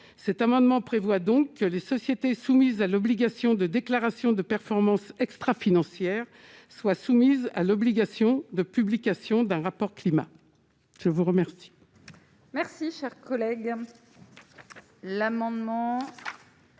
cet amendement prévoit donc que les sociétés soumises à l'obligation de déclaration de performance extra-financière soit soumise à l'obligation de publication d'un rapport Climat : je vous remercie. Merci, cher collègue, l'amendement.